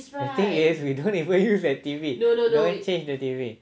the thing is we don't even use that T_V no need change the T_V